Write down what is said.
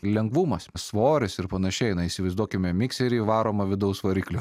lengvumas svoris ir panašiai na įsivaizduokime mikserį varomą vidaus variklio